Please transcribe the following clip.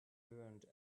ruined